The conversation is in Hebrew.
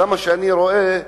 כמה שאני רואה,